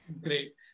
Great